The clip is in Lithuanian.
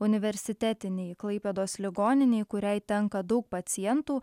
universitetinei klaipėdos ligoninei kuriai tenka daug pacientų